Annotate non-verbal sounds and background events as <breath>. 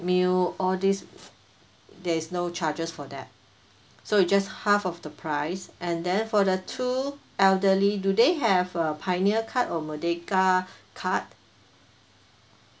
meal all this there is no charges for that so it just half of the price and then for the two elderly do they have a pioneer card or merdeka <breath> card